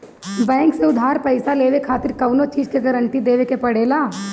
bank से उधार पईसा लेवे खातिर कवनो चीज के गारंटी देवे के पड़ेला